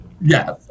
Yes